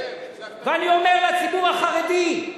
אני אומר לציבור החרדי: